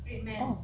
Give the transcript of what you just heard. orh